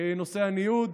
נושא הניוד.